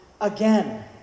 again